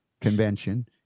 convention